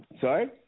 sorry